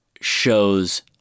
shows